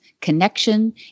connection